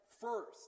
first